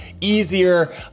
easier